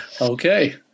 Okay